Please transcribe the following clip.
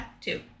Two